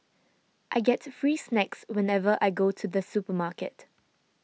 I get free snacks whenever I go to the supermarket